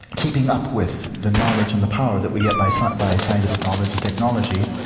keeping up with the knowledge and the power that we get by so by scientific knowledge and technology,